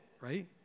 right